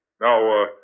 Now